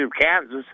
Kansas